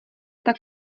tak